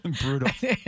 Brutal